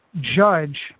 judge